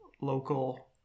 local